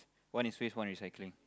one is waste one recycling